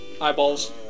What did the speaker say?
eyeballs